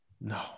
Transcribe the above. No